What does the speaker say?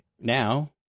Now